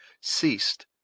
ceased